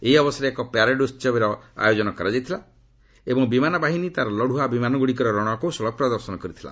ଏହି ଅବସରରେ ଏକ ପ୍ୟାରେଡ୍ ଉହବରେ ଆୟୋଜନ କରାଯାଇଥିଲା ଏବଂ ବିମାନ ବାହିନୀ ତା'ର ଲଢୁଆ ବିମାନଗୁଡ଼ିକର ରଣକୌଶଳ ପ୍ରଦର୍ଶନ କରିଥିଲା